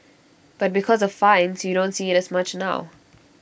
but because of fines you don't see IT as much now